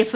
F